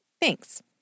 Thanks